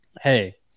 hey